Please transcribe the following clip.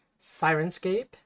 Sirenscape